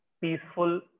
peaceful